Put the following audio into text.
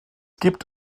gibt